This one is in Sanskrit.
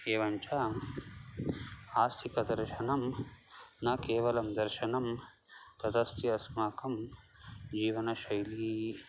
एवञ्च आस्तिकदर्शनं न केवलं दर्शनं तदस्ति अस्माकं जीवनशैली